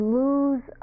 lose